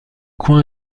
coin